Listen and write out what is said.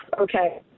Okay